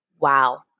wow